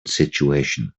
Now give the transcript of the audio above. situation